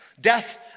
death